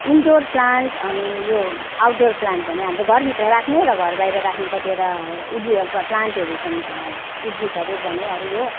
indoor plant अनि यो outdoor plant भने हाम्रो घरभित्र राख्ने र घरबाहिर राख्ने कतिवटा उयो प्लान्टहरू छन् उद्भिदहरू भनौँ अब यो